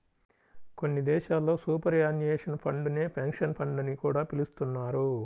కొన్ని దేశాల్లో superannuation fund నే పెన్షన్ ఫండ్ అని కూడా పిలుస్తున్నారు